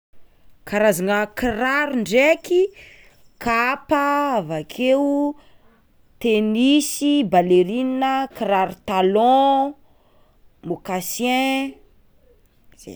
Karazana kiraro ndraiky: kapa, avakeo tenisy, ballerina, kiraro talo, moccassin, zay.